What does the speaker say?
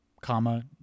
comma